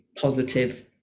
positive